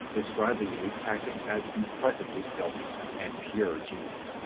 described the unique tactic as impressively stealthy and pure genius.